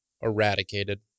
eradicated